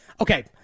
Okay